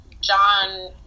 John